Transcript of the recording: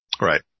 Right